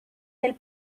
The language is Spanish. del